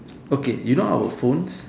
okay you know our phones